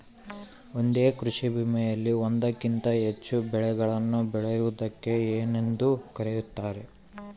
ಒಂದೇ ಕೃಷಿಭೂಮಿಯಲ್ಲಿ ಒಂದಕ್ಕಿಂತ ಹೆಚ್ಚು ಬೆಳೆಗಳನ್ನು ಬೆಳೆಯುವುದಕ್ಕೆ ಏನೆಂದು ಕರೆಯುತ್ತಾರೆ?